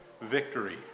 victory